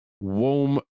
warm